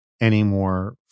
anymore